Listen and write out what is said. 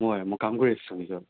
মই মই কাম কৰি আছিলোঁ ভিতৰত